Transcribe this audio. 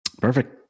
Perfect